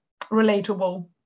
relatable